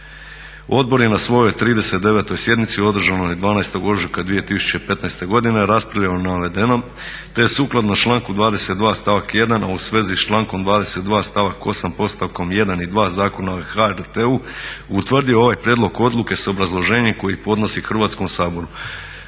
Odbor je na svojoj 39. sjednici održanoj 12. ožujka 2015. godine raspravljao o navedenom te je sukladno članku 22. stavak 1. a u svezi s člankom 22. stavak 8. postavkom 1. i 2. Zakona o HRT-u utvrdio ovaj prijedlog odluke sa obrazloženjem koji podnosi Hrvatskom saboru.